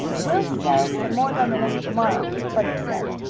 we'll sell some more lemonade to-morrow, bunny said.